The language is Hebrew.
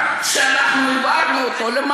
זה לא קשור לפעילות שלו,